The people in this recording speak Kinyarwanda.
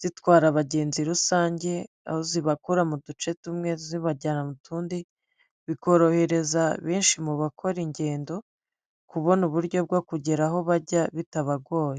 zitwara abagenzi rusange, aho zibakura mu duce tumwe zibajyana mu tundi, bikorohereza benshi mu bakora ingendo kubona uburyo bwo kugera aho bajya bitabagoye.